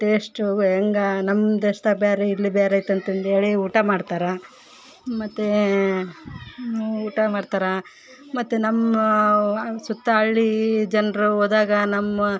test ಹೆಂಗೆ ನಮ್ಮ ದೇಶದಾಗ ಬೇರೆ ಇಲ್ಲಿ ಬೇರೆ ಐತಂತಂದೇಳಿ ಊಟ ಮಾಡ್ತಾರೆ ಮತ್ತು ಊಟ ಮಾಡ್ತಾರೆ ಮತ್ತು ನಮ್ಮ ಸುತ್ತ ಹಳ್ಳಿ ಜನರು ಹೋದಾಗ ನಮ್ಮ